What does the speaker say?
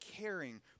caring